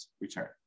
return